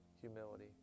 humility